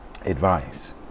advice